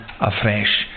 afresh